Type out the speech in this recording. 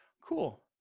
cool